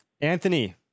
Anthony